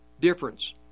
difference